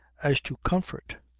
as to comfort,